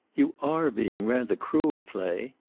you are being rather cruel, clay.